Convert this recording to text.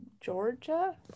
Georgia